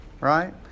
Right